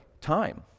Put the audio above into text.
time